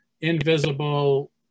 invisible